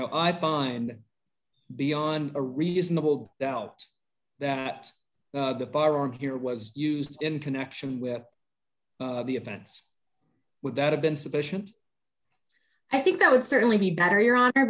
know i bind beyond a reasonable doubt that the bar here was used in connection with the events would that have been sufficient i think that would certainly be better your honor